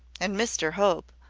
and mr hope,